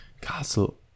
Castle